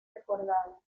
recordado